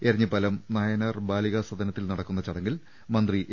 എരഞ്ഞിപ്പാലം നായനാർ ബാലികാസദനത്തിൽ നടക്കുന്ന ചടങ്ങിൽ മന്ത്രി എ